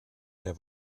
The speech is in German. der